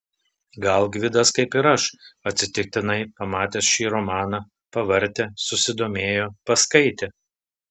gal gvidas kaip ir aš atsitiktinai pamatęs šį romaną pavartė susidomėjo paskaitė